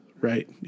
right